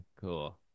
cool